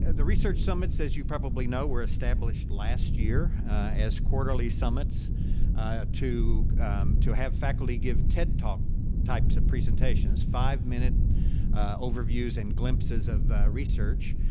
and the research summits as you probably know were established last year as quarterly summits to to have faculty give ted talk types of presentations, five-minute overviews and glimpses of research.